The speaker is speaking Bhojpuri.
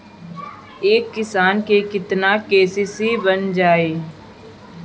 एक किसान के केतना के.सी.सी बन जाइ?